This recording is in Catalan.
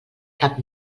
camp